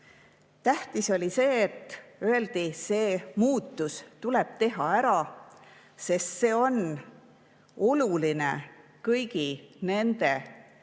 Tähtis oli see, et öeldi: see muutus tuleb ära teha, sest see on oluline kõigi nende